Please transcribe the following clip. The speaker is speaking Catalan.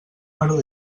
maror